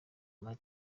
muri